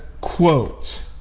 quote